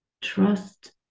Trust